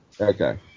Okay